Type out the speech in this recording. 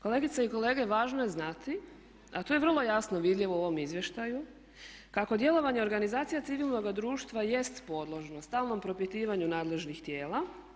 Kolegice i kolege važno je znati a to je vrlo jasno vidljivo u ovom izvještaju kako djelovanje organizacija civilnoga društva jest podložno stalnom propitivanju nadležnih tijela.